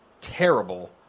terrible